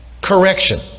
correction